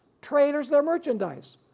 traders their merchandise,